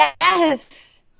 Yes